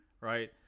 right